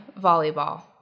volleyball